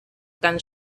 can